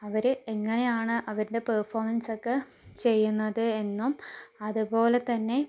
അവര് എങ്ങനെയാണ് അവരുടെ പെർഫോമൻസ് ഒക്കെ ചെയ്യുന്നത് എന്നും അതുപോലെത്തന്നെ